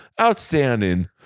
outstanding